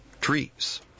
trees